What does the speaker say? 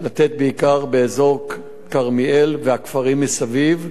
בעיקר באזור כרמיאל והכפרים מסביב.